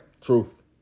Truth